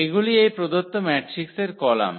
এগুলি এই প্রদত্ত ম্যাট্রিক্সের কলাম